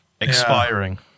expiring